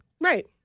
Right